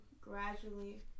gradually